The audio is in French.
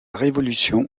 révolution